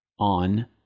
on